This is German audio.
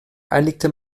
einigte